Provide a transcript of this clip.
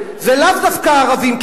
זה לאו דווקא ערבים,